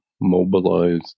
mobilize